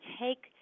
take